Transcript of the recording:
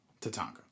Tatanka